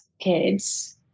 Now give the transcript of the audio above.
kids